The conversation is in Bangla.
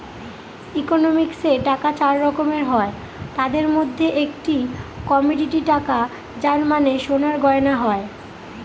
ইকোনমিক্সে টাকা চার রকমের হয় তাদের মধ্যে একটি কমোডিটি টাকা যার মানে সোনার গয়না হয়